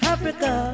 Africa